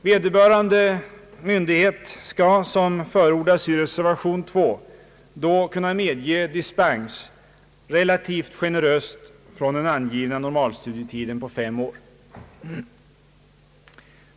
Vederbörande myndighet skall, som förordas i reservation 2, då kunna medge dispens relativt generöst från den angivna normalstudietiden på fem år.